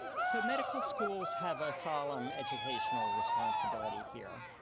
so, medical schools have a solemn educational responsibility here.